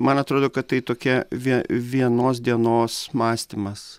man atrodo kad tai tokia vie vienos dienos mąstymas